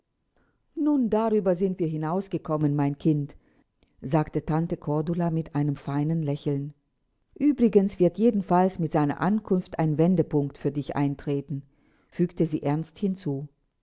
nun darüber sind wir hinausgekommen mein kind sagte tante cordula mit einem feinen lächeln uebrigens wird jedenfalls mit seiner ankunft ein wendepunkt für dich eintreten fügte sie ernst hinzu